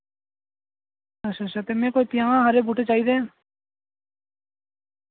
अच्छा अच्छा ते में कोई प'ञां सारे बूह्टे चाहिदे न